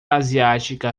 asiática